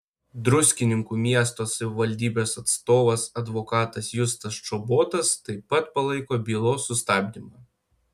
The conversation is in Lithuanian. druskininkų miesto savivaldybės atstovas advokatas justas čobotas taip pat palaiko bylos sustabdymą